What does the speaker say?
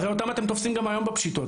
הרי אותם אתם תופסים גם היום בפשיטות,